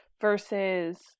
Versus